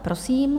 Prosím.